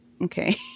Okay